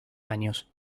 años